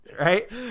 Right